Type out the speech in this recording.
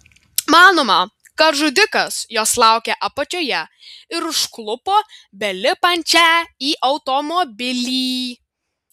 manoma kad žudikas jos laukė apačioje ir užklupo belipančią į automobilį